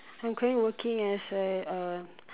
I'm going working as a uh